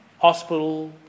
Hospital